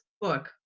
book